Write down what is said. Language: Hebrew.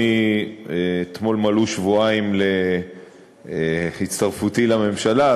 אתמול מלאו שבועיים להצטרפותי לממשלה,